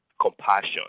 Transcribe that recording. compassion